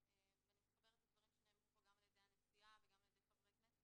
ואני מתחברת לדברים שנאמרו פה גם על ידי הנשיאה וגם על ידי חברי כנסת,